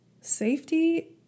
safety